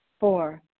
Four